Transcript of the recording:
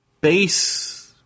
base